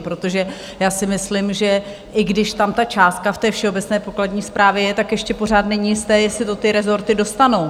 Protože si myslím, že i když tam ta částka ve všeobecné pokladní správě je, tak ještě pořád není jisté, jestli to ty rezorty dostanou.